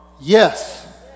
yes